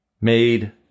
made